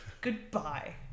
Goodbye